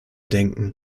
denken